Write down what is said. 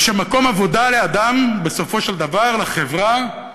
ומקום עבודה לאדם, בסופו של דבר, לחברה,